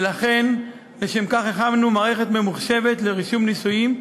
ולכן לשם כך הכנו מערכת ממוחשבת לרישום נישואים,